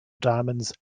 diamonds